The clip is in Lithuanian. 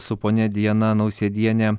su ponia diana nausėdiene